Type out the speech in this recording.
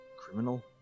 criminal